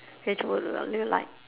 which would like